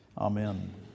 Amen